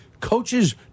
coaches